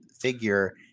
figure